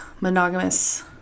monogamous